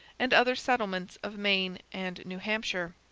and other settlements of maine and new hampshire.